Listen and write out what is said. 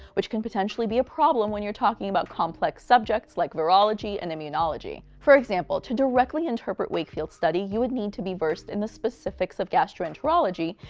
which can potentially be a problem when you're talking about complex subjects like neurology and immunology. for example, to directly interpret wakefield's study, you would need to be versed in the specifics of gastroenterology,